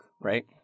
Right